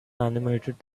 animated